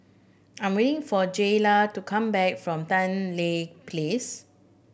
I'm waiting for Jaylah to come back from Tan Tye Place